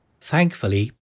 Thankfully